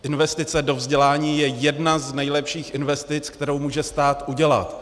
Investice do vzdělání je jedna z nejlepších investic, kterou může stát udělat.